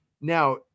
Now